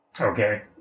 okay